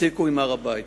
תפסיקו עם הר-הבית.